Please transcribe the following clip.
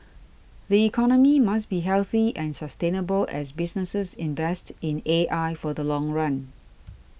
the economy must be healthy and sustainable as businesses invest in A I for the long run